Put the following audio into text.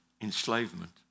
enslavement